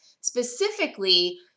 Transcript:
specifically